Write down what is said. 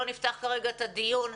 לא נפתח כרגע את הדיון.